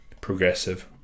progressive